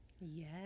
Yes